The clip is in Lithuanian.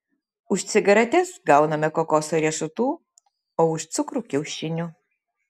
už cigaretes gauname kokoso riešutų o už cukrų kiaušinių